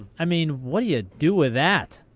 i mean, what do you do with that?